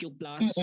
plus